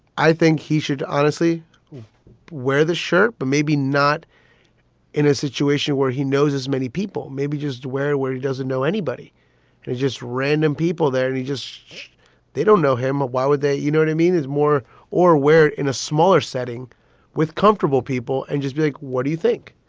i think he should honestly wear the shirt, but maybe not in a situation where he knows as many people maybe just wear where he doesn't know anybody it's just random people there. and you just they don't know him. why would they? you know what i mean is more or wear in a smaller setting with comfortable people and just big. what do you think?